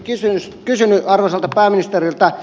olisin kysynyt arvoisalta pääministeriltä